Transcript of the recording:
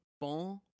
Bon